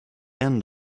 end